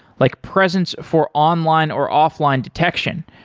like presence for online or offline detection,